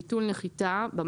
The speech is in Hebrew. ביטול נחיתהאות